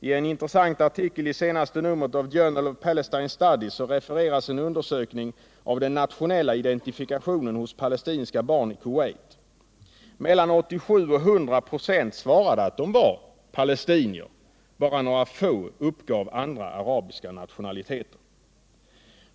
I en intressant artikel i Journal of Palestine Studies refereras en undersökning av den nationella identifikationen hos palestinska barn i Kuweit. 87-100 96 svarade att de var ”palestinier”. Bara några få uppgav andra arabiska nationaliteter.